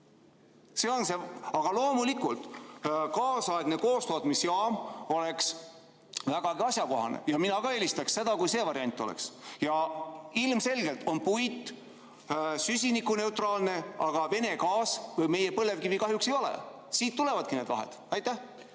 ei ole nii. Aga loomulikult, kaasaegne koostootmisjaam oleks vägagi asjakohane ja mina ka eelistaks seda, kui see variant oleks. Ja ilmselgelt on puit süsinikuneutraalne, aga Vene gaas või meie põlevkivi kahjuks ei ole. Siit tulevadki need vahed.